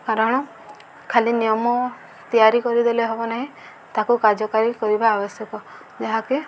କାରଣ ଖାଲି ନିୟମ ତିଆରି କରିଦେଲେ ହେବ ନାହିଁ ତାକୁ କାର୍ଯ୍ୟକାରୀ କରିବା ଆବଶ୍ୟକ ଯାହାକି